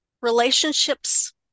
relationships